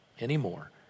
anymore